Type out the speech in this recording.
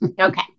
Okay